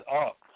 up